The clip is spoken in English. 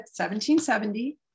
1770